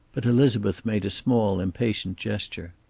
but elizabeth made a small, impatient gesture.